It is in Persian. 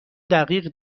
دقیق